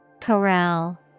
Corral